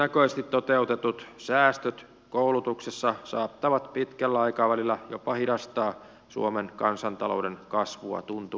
lyhytnäköisesti toteutetut säästöt koulutuksessa saattavat pitkällä aikavälillä jopa hidastaa suomen kansantalouden kasvua tuntuvasti